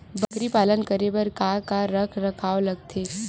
बकरी पालन करे बर काका रख रखाव लगथे?